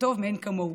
וטוב מאין-כמוהו,